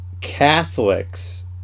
Catholics